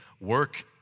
Work